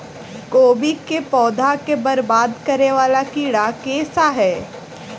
कोबी केँ पौधा केँ बरबाद करे वला कीड़ा केँ सा है?